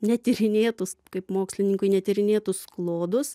netyrinėtus kaip mokslininkui netyrinėtus klodus